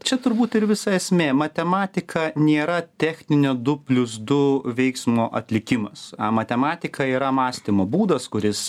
čia turbūt ir visa esmė matematika nėra techninio du plius du veiksmo atlikimas matematika yra mąstymo būdas kuris